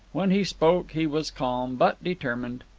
when he spoke he was calm, but determined.